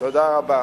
תודה רבה.